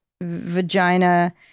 vagina